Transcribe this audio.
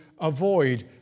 avoid